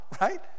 right